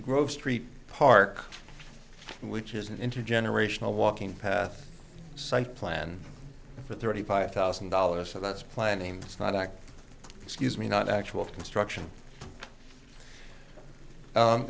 grove street park which is an intergenerational walking path site plan for thirty five thousand dollars so that's planning it's not act excuse me not actual construction